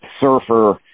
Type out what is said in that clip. surfer